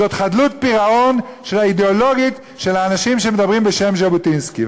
זאת חדלות פירעון אידיאולוגית של האנשים שמדברים בשם ז'בוטינסקי.